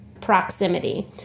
proximity